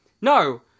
No